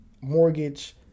mortgage